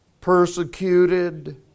persecuted